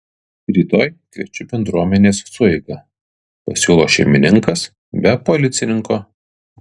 rytoj kviečiu bendruomenės sueigą pasiūlo šeimininkas be policininko